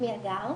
שמי הגר,